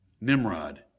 Nimrod